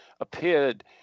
appeared